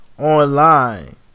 online